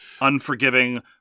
Unforgiving